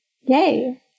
Yay